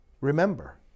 Remember